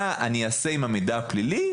מה אני אעשה עם המידע הפלילי,